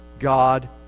God